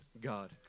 God